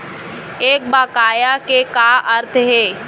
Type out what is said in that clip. एक बकाया के का अर्थ हे?